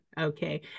Okay